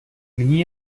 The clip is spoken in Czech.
nyní